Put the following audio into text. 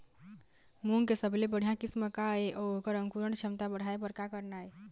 मूंग के सबले बढ़िया किस्म का ये अऊ ओकर अंकुरण क्षमता बढ़ाये बर का करना ये?